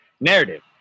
Narrative